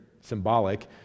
symbolic